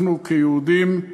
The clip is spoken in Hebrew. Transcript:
אנחנו כיהודים,